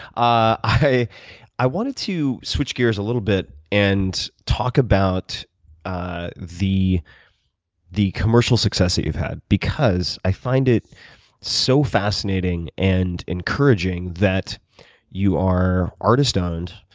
i i wanted to switch gears a little bit and talk about ah the the commercial success that you've had, because i find it so fascinating and encouraging that you are artist owned,